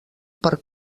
per